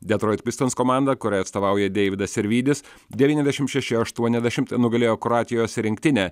detroit pistons komanda kuriai atstovauja deividas sirvydis devyniasdešim šeši aštuoniasdešimt nugalėjo kroatijos rinktinę